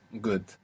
good